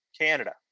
Canada